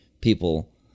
people